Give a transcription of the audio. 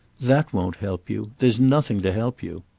that won't help you. there's nothing to help you.